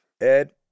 ed